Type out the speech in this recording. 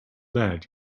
lad